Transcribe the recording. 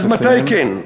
אז מתי כן?